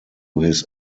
his